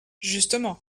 justement